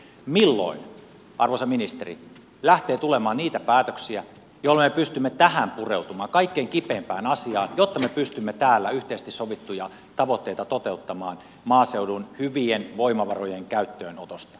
milloin arvoisa ministeri lähtee tulemaan niitä päätöksiä joilla me pystymme pureutumaan tähän kaikkein kipeimpään asiaan jotta me pystymme täällä yhteisesti sovittuja tavoitteita toteuttamaan maaseudun hyvien voimavarojen käyttöönotosta